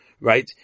right